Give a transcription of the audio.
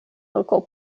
local